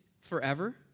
forever